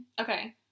Okay